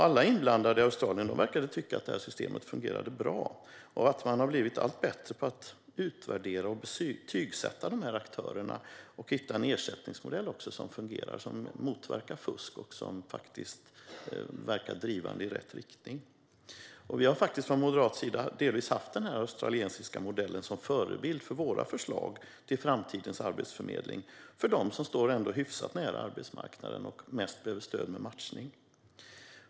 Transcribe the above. Alla inblandade i Australien verkade tycka att systemet fungerar bra, och man har blivit allt bättre på att utvärdera och betygsätta dessa aktörer och hitta en ersättningsmodell som fungerar, motverkar fusk och verkar drivande i rätt riktning. Från moderat sida har vi delvis haft den australiska modellen som förebild för våra förslag gällande framtidens Arbetsförmedling för dem som står hyfsat nära arbetsmarknaden och mest behöver stöd med matchning.